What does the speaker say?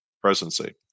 presidency